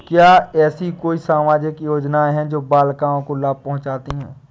क्या ऐसी कोई सामाजिक योजनाएँ हैं जो बालिकाओं को लाभ पहुँचाती हैं?